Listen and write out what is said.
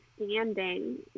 understanding